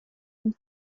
and